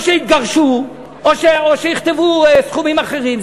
או שיתגרשו, או שיכתבו סכומים אחרים.